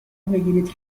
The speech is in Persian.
بگیرید